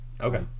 Okay